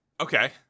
Okay